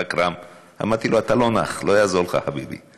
אכרם, אמרתי לו: אתה לא נח, לא יעזור לך, חביבי.